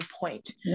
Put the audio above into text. point